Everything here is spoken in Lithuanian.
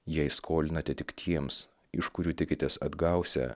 jei skolinate tik tiems iš kurių tikitės atgausią